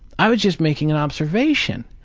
i was just making an observation.